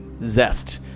zest